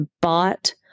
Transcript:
bought